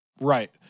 Right